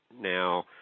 Now